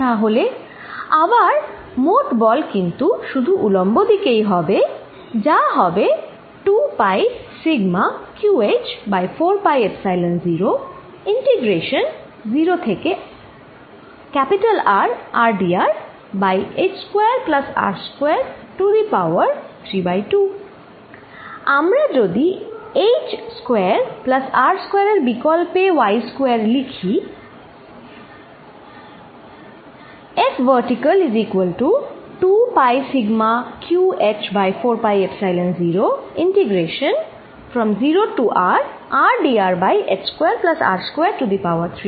তাহলে আবার মোট বল কিন্তু শুধু উলম্ব দিকেই হবে যা হবে 2 পাই σqhবাই 4 পাই এপসাইলন0 ইন্টিগ্রেশন 0 থেকেR rdr by h square plus R square to the power 32